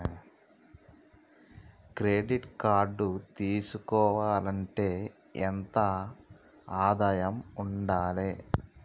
Credit card తీసుకోవాలంటే ఎంత ఆదాయం ఉండాలే?